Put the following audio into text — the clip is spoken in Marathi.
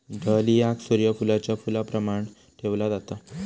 डहलियाक सूर्य फुलाच्या फुलाप्रमाण ठेवला जाता